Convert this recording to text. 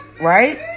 Right